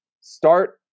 start